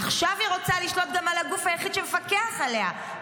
עכשיו היא רוצה לשלוט גם על הגוף היחיד שמפקח עליה,